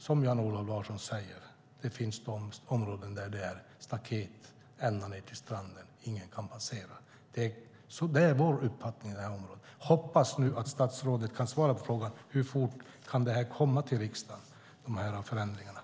Som Jan-Olof Larsson säger finns det områden där det är staket ända ned till stranden och ingen kan passera. Detta är vår uppfattning på det här området. Hoppas nu att statsrådet kan svara på frågan hur fort förslagen till förändringar kan komma till riksdagen.